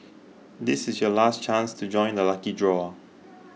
this is your last chance to join the lucky draw